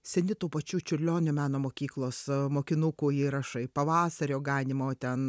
seni tų pačių čiurlionio meno mokyklos mokinukų įrašai pavasario ganymo ten